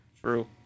True